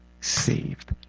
saved